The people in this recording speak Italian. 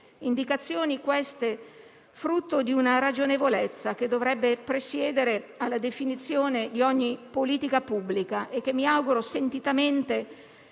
indicazioni frutto di una ragionevolezza, che dovrebbe presiedere alla definizione di ogni politica pubblica e che mi auguro sentitamente